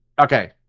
Okay